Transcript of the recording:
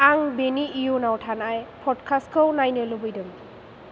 आं बेनि इयुनाव थानाय पदकास्तखौ नायनो लुबैदों